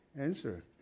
answer